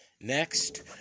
next